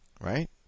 right